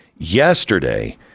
Yesterday